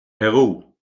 peru